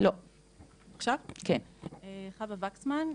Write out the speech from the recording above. חוה וקסמן,